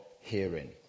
hearing